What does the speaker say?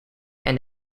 and